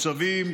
כמו צבים,